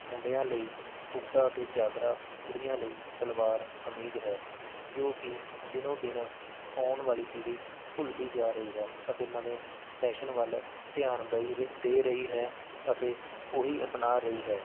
ਮੁੰਡਿਆਂ ਲਈ ਕੁੜਤਾ ਅਤੇ ਚਾਦਰਾ ਕੁੜੀਆਂ ਲਈ ਸਲਵਾਰ ਕਮੀਜ਼ ਹੈ ਜੋ ਕਿ ਦਿਨੋਂ ਦਿਨ ਆਉਣ ਵਾਲੀ ਪੀੜ੍ਹੀ ਭੁੱਲਦੀ ਜਾ ਰਹੀ ਹੈ ਅਤੇ ਨਵੇਂ ਫੈਸ਼ਨ ਵੱਲ ਧਿਆਨ ਦੇਈ ਦੇ ਰਹੀ ਹੈ ਅਤੇ ਉਹੀ ਅਪਣਾ ਰਹੀ ਹੈ